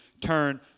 turn